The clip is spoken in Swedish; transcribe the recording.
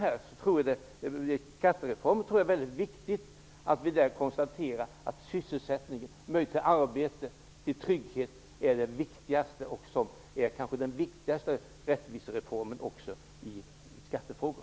I skattereformen är sysselsättningen, möjligheten till arbete och trygghet det viktigaste i fråga om rättvisereformer.